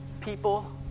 people